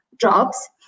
jobs